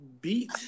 beat